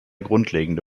grundlegende